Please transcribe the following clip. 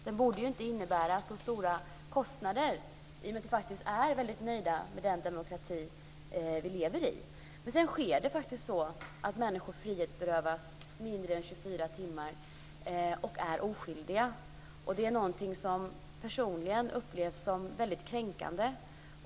Den borde inte innebära så stora kostnader, i och med att vi faktiskt är väldigt nöjda med den demokrati som vi lever i. Men sedan sker det faktiskt att människor frihetsberövas mindre än 24 timmar och är oskyldiga, och det är någonting som personligen upplevs som väldigt kränkande.